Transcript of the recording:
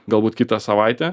galbūt kitą savaitę